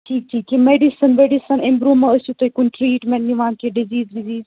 ٹھیٖک ٹھیٖک یہِ میڈِسن ویڈِسن اَمہِ برٛونٛہہ ما ٲسِو تُہۍ کُنہِ ٹرٛیٖٹمیٚنٛٹ نِوان کیٚنٛہہ ڈِزیٖز وِزیٖز